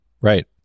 Right